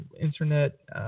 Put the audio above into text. Internet